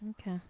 okay